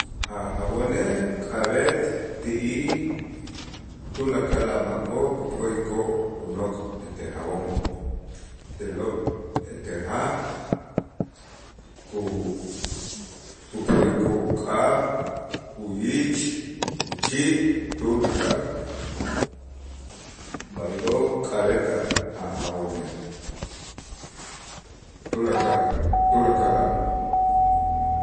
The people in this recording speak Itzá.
A' jabonej k'ab'et ti'ij tulakal a' makoo' kup'o'ikoo' unok' ete jabon, te'lo' ete ja' ku- kup'o'ikoo' uk'ab', uyich, uchi' tulakal b'aylo' k'ab'et a' jabonej tulakal a'lo'.